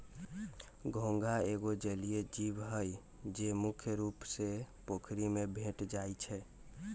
घोंघा एगो जलिये जीव हइ, जे मुख्य रुप से पोखरि में भेंट जाइ छै